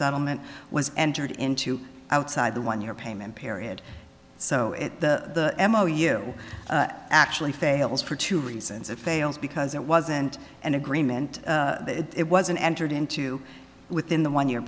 settlement was entered into outside the one year payment period so if the m o you actually fails for two reasons it fails because it wasn't an agreement it was an entered into within the one year